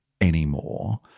anymore